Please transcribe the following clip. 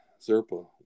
Zerpa